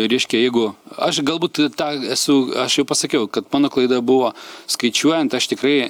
reiškia jeigu aš galbūt tą esu aš jau pasakiau kad mano klaida buvo skaičiuojant aš tikrai